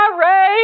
Ray